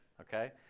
okay